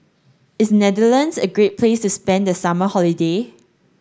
is Netherlands a great place to spend the summer holiday